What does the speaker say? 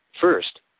first